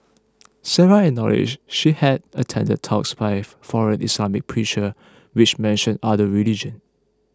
Sarah acknowledge she had attended talks by foreign Islamic preacher which mentioned other religion